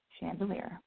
Chandelier